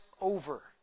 over